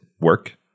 work